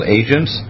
agents